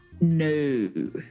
No